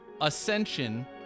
Ascension